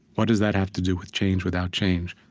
what does that have to do with change without change?